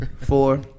four